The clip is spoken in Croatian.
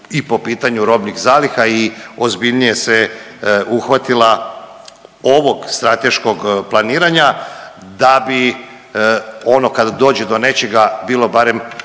i po pitanju robnih zaliha i ozbiljnije se uhvatila ovog strateškog planiranja da bi ono kad dođe do nečega bilo barem